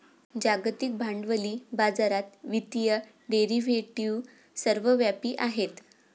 जागतिक भांडवली बाजारात वित्तीय डेरिव्हेटिव्ह सर्वव्यापी आहेत